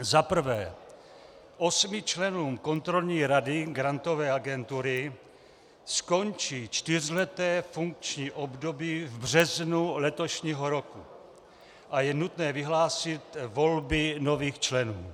Za prvé, osmi členům kontrolní rady Grantové agentury skončí čtyřleté funkční období v březnu letošního roku a je nutné vyhlásit volby nových členů.